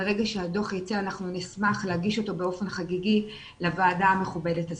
ברגע שהדוח יצא אנחנו נשמח להגיש אותו באופן חגיגי לוועדה המכובדת הזו.